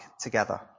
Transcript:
together